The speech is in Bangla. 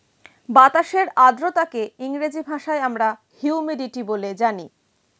বাতাসের আর্দ্রতাকে ইংরেজি ভাষায় আমরা হিউমিডিটি বলে জানি